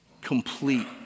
complete